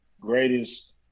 greatest